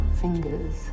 fingers